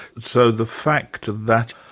so the fact of that,